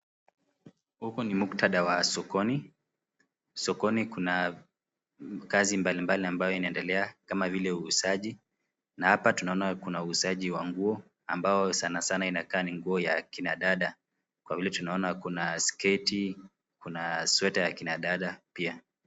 Huku ni muktadha wa sokoni. Sokoni kuna kazi mbalimbali ambayo inaendelea kama vile uuzaji na hapa tunaona kuna uuzaji wa nguo ambao sanasana inakaa ni nguo ya kina dada kwa vile tunaona kuna sketi, kuna sweta ya kina dada pia.